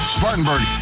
Spartanburg